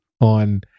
on